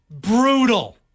brutal